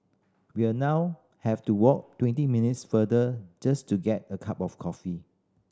we are now have to walk twenty minutes farther just to get a cup of coffee